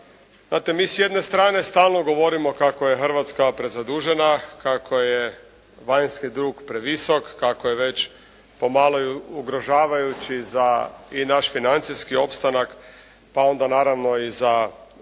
Znate mi s jedne strane stalno govorimo kako je Hrvatska prezadužena. Kako je vanjski dug previsok. Kako je već pomalo ugrožavajući za i naš financijski opstanak. Pa onda naravno i za gospodarsku